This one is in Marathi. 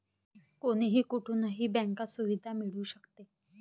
कोणीही कुठूनही बँक सुविधा मिळू शकते